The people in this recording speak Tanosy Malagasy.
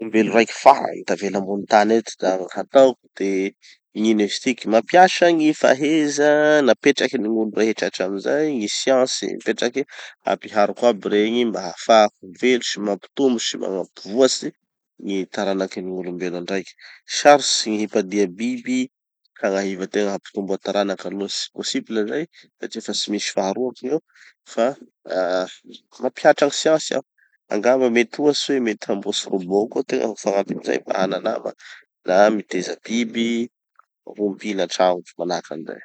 Olom-belo raiky farany tavela ambony tano eto da gny hataoko de, ino izy tiky, mampiasa gny faheza napetrakin'ny gn'olo rehetra hatramy zay, gny science napetraky, ampihariko aby regny mba hahafahako mivelo sy mampitombo sy magna- mampivoatsy gny taranakin'ny gn'olom-belo andraiky. Sarotsy gny hipadia biby hagnahivategna hampitomboa taranaky aloha tsy possible zay satria fa tsy misy faharoa tegna, fa ah mampihatra gny science aho. Angamba mety ohatsy hoe mety hamboatsy robot koa tegna ho fagnampin'izay mba hana nama na miteza biby ho ompina antrano ao, manahaky anizay.